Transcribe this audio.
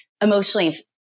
emotionally